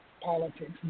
Politics